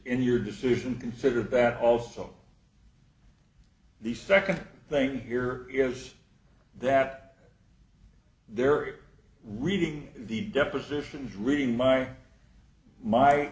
in your decision consider that also the second thing here is that they're reading the depositions reading my my